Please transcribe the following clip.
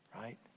right